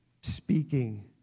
speaking